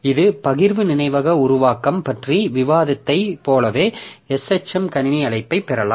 இந்த பகிர்வு நினைவக உருவாக்கம் பற்றி விவாதித்ததைப் போலவே shm கணினி அழைப்பு பெறலாம்